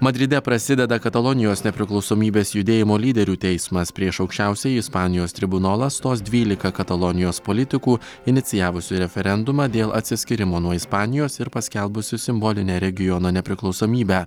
madride prasideda katalonijos nepriklausomybės judėjimo lyderių teismas prieš aukščiausiąjį ispanijos tribunolą stos dvylika katalonijos politikų inicijavusių referendumą dėl atsiskyrimo nuo ispanijos ir paskelbusių simbolinę regiono nepriklausomybę